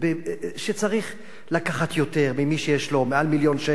שצריך לקחת יותר ממי שיש לו מעל מיליון שקל.